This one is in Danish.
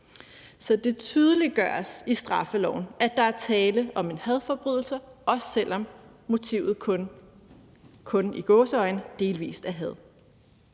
så det tydeliggøres i straffeloven, at der er tale om en hadforbrydelse, også selv om motivet kun – i gåseøjne – delvis er had.